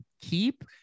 keep